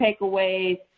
takeaways